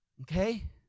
Okay